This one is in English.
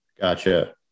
Gotcha